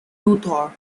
luthor